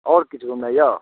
आओर किछु घुमनाइ यऽ